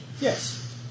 Yes